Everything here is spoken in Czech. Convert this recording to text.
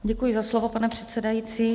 Děkuji za slovo, pane předsedající.